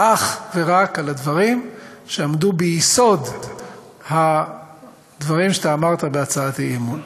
אך ורק על הדברים שעמדו ביסוד הדברים שאתה אמרת בהצעת האי-אמון.